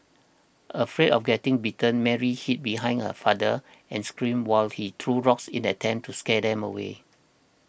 afraid of getting bitten Mary hid behind her father and screamed while he threw rocks in attempt to scare them away